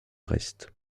reste